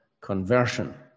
conversion